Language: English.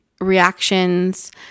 reactions